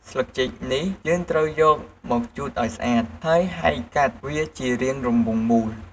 ស្លឹកចេក នេះយើងត្រូវយកមកជូតឱ្យស្អាត ហើយហែកកាត់វាជារាងរង្វង់មូល។